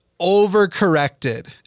overcorrected